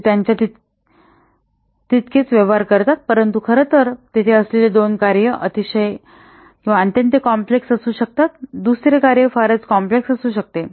ते त्यांच्या तितकेच व्यवहार करतात परंतु खरं तर तेथे असलेले दोन कार्य अतिशय अत्यंत कॉम्प्लेक्स असू शकतात दुसरे कार्य फारच कॉम्प्लेक्स असू शकते